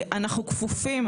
אנחנו כפופים,